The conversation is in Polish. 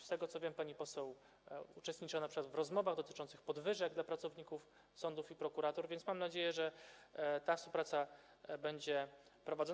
Z tego, co wiem, pani poseł uczestniczyła np. w rozmowach dotyczących podwyżek dla pracowników sądów i prokuratur, więc mam nadzieję, że ta współpraca będzie podejmowana.